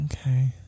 okay